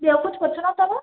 ॿियो कुझु पुछुणो अथव